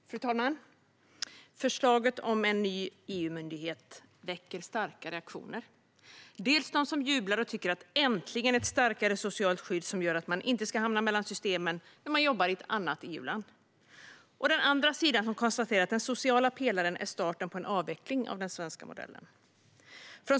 Fru talman! Förslaget om en ny EU-myndighet väcker starka reaktioner. Det finns de som jublar och tycker att det äntligen kommer ett starkare socialt skydd så att man inte ska hamna mellan systemen när man jobbar i ett annat EU-land. Och den andra sidan konstaterar att den sociala pelaren är starten på en avveckling av den svenska modellen.